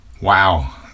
wow